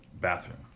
bathroom